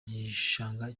gishanga